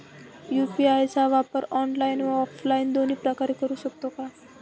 UPI चा वापर online व ऑफलाईन दोन्ही प्रकारे करु शकतो का?